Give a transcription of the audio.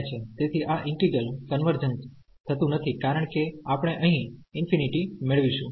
તેથી આ ઈન્ટિગ્રલકન્વર્જન્સ થતું નથી કારણ કે આપણે અહિં ∞ મેળવીશું